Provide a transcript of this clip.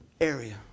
area